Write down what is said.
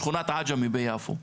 שכונת עג'מי ביפו,